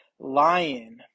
Lion